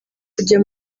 kujya